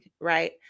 right